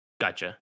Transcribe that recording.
Gotcha